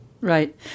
Right